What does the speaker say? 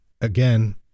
again